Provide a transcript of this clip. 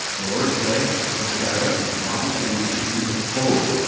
the lord's day is a sabbath and god is saying we should keep it holy.